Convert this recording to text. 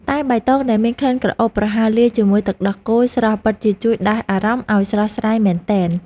តែបៃតងដែលមានក្លិនក្រអូបប្រហើរលាយជាមួយទឹកដោះគោស្រស់ពិតជាជួយដាស់អារម្មណ៍ឱ្យស្រស់ស្រាយមែនទែន។